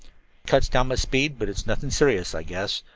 cuts down my speed, but it's nothing serious, i guess.